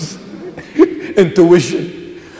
Intuition